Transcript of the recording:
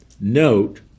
note